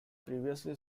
previously